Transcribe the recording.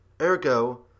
Ergo